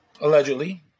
allegedly